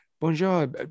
bonjour